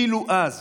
אילו אז